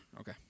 okay